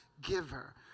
giver